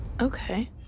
Okay